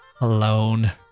alone